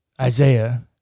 Isaiah